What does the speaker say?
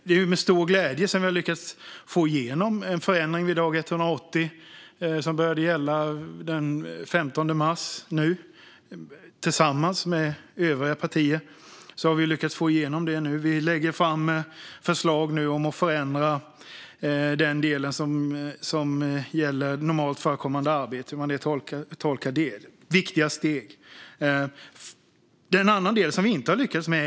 Det är med stor glädje som vi tillsammans med övriga partier har lyckats få igenom en förändring vid dag 180 som började gälla nu den 15 mars. Vi lägger nu fram förslag om att förändra den del som gäller normalt förekommande arbete och hur man tolkar det. Det är viktiga steg. Det är en annan del som vi inte har lyckats med.